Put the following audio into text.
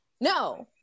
No